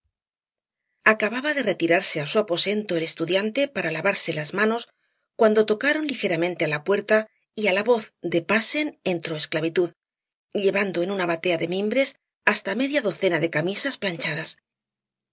acababa de retirarse á su aposento el estudiante para lavarse las manos cuando tocaron ligeramente á la puerta y á la voz de pasen entró esclavitud llevando en una batea de mimbres hasta media docena de camisas planchadas